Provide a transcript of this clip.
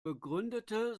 begründete